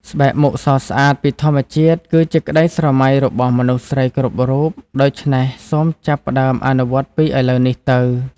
ស្បែកមុខសស្អាតពីធម្មជាតិ គឺជាក្តីស្រមៃរបស់មនុស្សស្រីគ្រប់រូប ដូច្នេះសូមចាប់ផ្តើមអនុវត្តពីឥឡូវនេះទៅ។